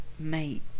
Mate